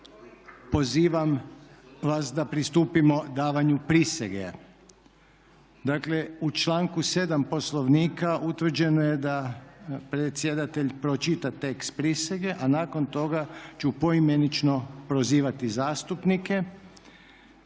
pozivam vas da pristupimo davanju prisege. Dakle u članku 7. Poslovnika utvrđeno je da predsjedatelj pročita tekst prisege a nakon toga ću poimenično prozivati zastupnike